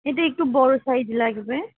এটা একটু বড়ো সাইজ লাগবে